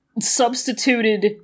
substituted